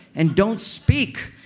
and don't speak.